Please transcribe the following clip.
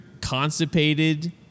constipated